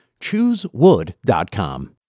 ChooseWood.com